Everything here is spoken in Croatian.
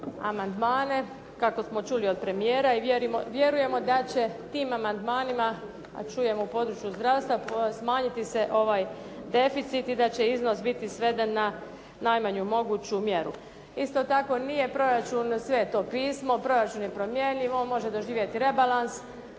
kako smo čuli od premijera i vjerujemo da će tim amandmanima, a čujem u području zdravstva smanjiti se ovaj deficit i da će iznos biti sveden na najmanju moguću mjeru. Isto tako nije proračun sveto pismo, proračun je promjenljiv. On može doživjeti rebalans.